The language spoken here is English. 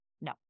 No